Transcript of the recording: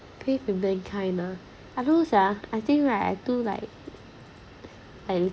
pay to bank of china I lose ah I think right I do like